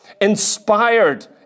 inspired